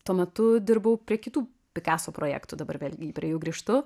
tuo metu dirbau prie kitų pikaso projektų dabar vėlgi prie jų grįžtu